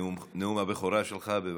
נאום הבכורה שלך, בבקשה.